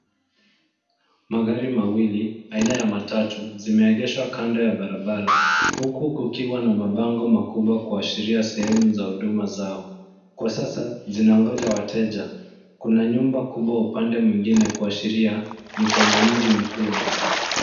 Magari mawili aina ya matatu zimeegeshwa kando ya barabara huku kukiwa na mabango makubwa kuashiria sehemu za huduma zao. Kwa sasa zinangoja wateja. Kuna nyumba kubwa upande mwingine kuashiria ni kwenye mji mkubwa.